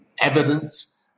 evidence